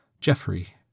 Jeffrey